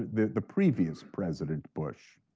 the the previous president bush.